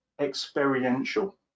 experiential